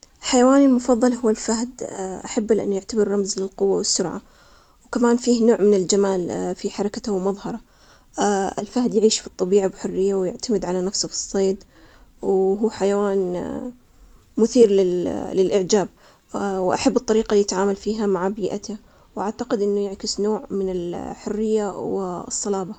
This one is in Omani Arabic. حيواني المفضل هو الكلب. أنا احبه لأنه مخلص وذكي ويعطيني شعور بالأمان. الكلاب دايماً رفيقة جيدة وتحب اللعب والمغامرات. استمتع لما أكون معهم لأنهم يخلوني أشعر بالسعادة والراحة. كمان حبهم بدون شرط يعلمك قيمة الوفاء والمحبة والإخلاص.